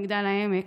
מגדל העמק.